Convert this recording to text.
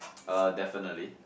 uh definitely